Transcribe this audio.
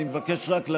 אני רק מבקש לשבת.